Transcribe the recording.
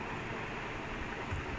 எதன மணிக்கு போனாங்க:ethana manikku ponaanga